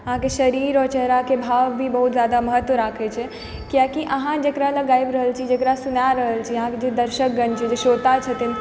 अहाँकेँ शरीर आओर चेहराके भाव भी बहुत जादा महत्व राखै छै किआकि अहाँ जेकरा लग गाबि रहल छी जेकरा सुना रहल छी अहाँकेँ जे दर्शकगण छै जे श्रोता छथिन